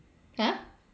!huh!